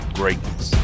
greatness